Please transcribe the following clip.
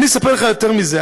אני אספר לך יותר מזה.